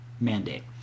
mandate